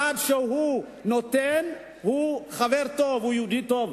עד שהוא נותן, הוא חבר טוב, הוא יהודי טוב.